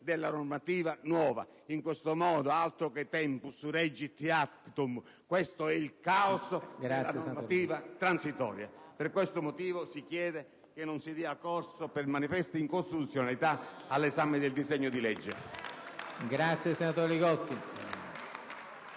nuova normativa. In questo modo, altro che principio del *tempus regit actum*! Questo è il caos della normativa transitoria. Per questi motivi, chiediamo che non si dia corso, per manifesta incostituzionalità, all'esame del disegno di legge